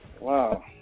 Wow